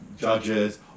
judges